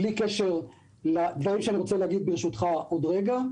בלי קשר לדברים שאני רוצה להגיד עוד רגע,